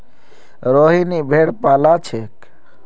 रोहिनी भेड़ पा ल छेक